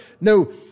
No